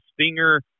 Stinger